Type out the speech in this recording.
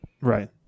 right